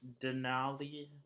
Denali